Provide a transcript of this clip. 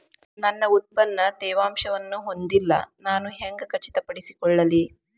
ನನ್ನ ಉತ್ಪನ್ನ ತೇವಾಂಶವನ್ನು ಹೊಂದಿಲ್ಲಾ ನಾನು ಹೆಂಗ್ ಖಚಿತಪಡಿಸಿಕೊಳ್ಳಲಿ?